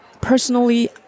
Personally